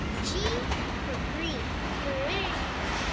g for green. green.